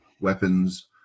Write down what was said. weapons